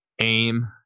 aim